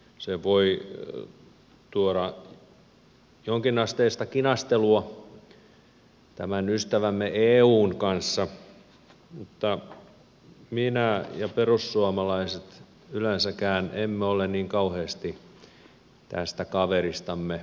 se voi tuoda jonkinasteista kinastelua ystävämme eun kanssa mutta minä ja perussuomalaiset yleensäkään emme ole niin kauheasti tästä kaveristamme pitäneet